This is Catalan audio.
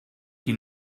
qui